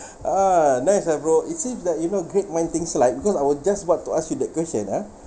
a'ah nice ah bro as if like even a great mind thinks alike because I would just want to ask you that question ah